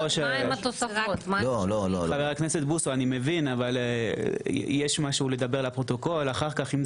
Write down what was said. חבר הכנסת בוסו, אני מבין, אבל אם משהו עובר